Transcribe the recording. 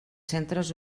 centres